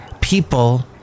People